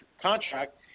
contract